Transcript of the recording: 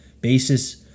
basis